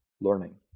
learning